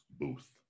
Booth